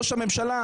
ראש הממשלה,